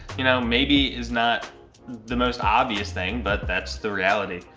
you know, maybe is not the most obvious thing but that's the reality.